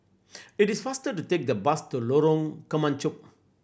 it is faster to take the bus to Lorong Kemunchup